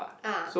ah